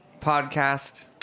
podcast